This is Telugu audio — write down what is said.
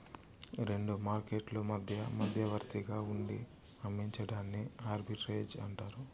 రెండు మార్కెట్లు మధ్య మధ్యవర్తిగా ఉండి అమ్మించడాన్ని ఆర్బిట్రేజ్ అంటారు